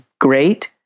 great